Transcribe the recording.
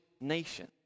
nation